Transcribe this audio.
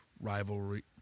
rivalry